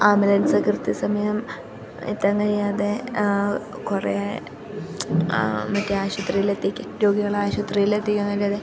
ambulance കൃത്യ സമയം എത്താൻ കഴിയാതെ കുറെ മറ്റേ ആശുപത്രിയിൽ രോഗികളെ ആശുപത്രിയിൽ എത്തിക്കാൻ പറ്റാതെ